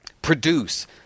produce